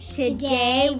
today